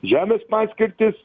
žemės paskirtis